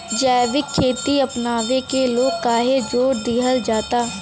जैविक खेती अपनावे के लोग काहे जोड़ दिहल जाता?